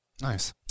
Nice